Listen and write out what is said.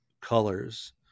colors